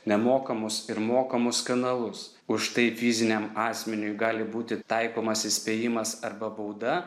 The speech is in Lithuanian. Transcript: nemokamus ir mokamus kanalus už tai fiziniam asmeniui gali būti taikomas įspėjimas arba bauda